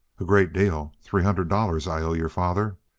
a great deal. three hundred dollars i owe your father.